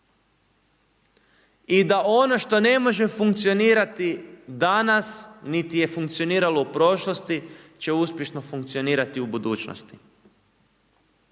I da ono što ne može funkcionirati danas niti je funkcioniralo u prošlosti će uspješno funkcionirati u budućnosti.